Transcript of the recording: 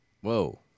Whoa